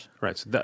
Right